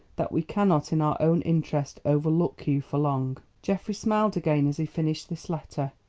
that we cannot in our own interest overlook you for long. geoffrey smiled again as he finished this letter.